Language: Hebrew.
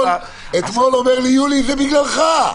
אתמול אומר לי יולי: זה בגללך.